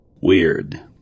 Weird